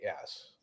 Yes